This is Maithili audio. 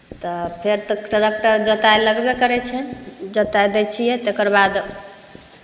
तऽ फेर तऽ टरैकटर जोताइ लगबे करै छै जोताइ दै छियै तेकर बाद